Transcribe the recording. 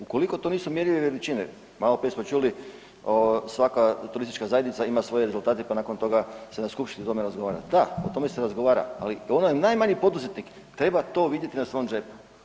Ukoliko to nisu mjerljive veličine, maloprije smo čuli, svaka turistička zajednica ima svoje rezultate pa nakon toga se na skupštini o tome razgovara, da, o tome se razgovara, ali onaj najmanji poduzetnik treba to vidjeti na svom džepu.